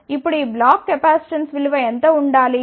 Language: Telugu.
ఇప్పుడు ఈ బ్లాక్ కెపాసిటెన్స్ విలువ ఎంత ఉండాలి